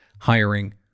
hiring